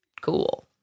Cool